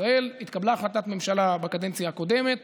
ישראל התקבלה החלטת ממשלה בקדנציה הקודמת